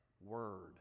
word